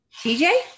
TJ